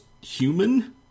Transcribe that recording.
human